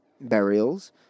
burials